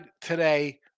today